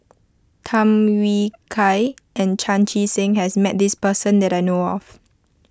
Tham Yui Kai and Chan Chee Seng has met this person that I know of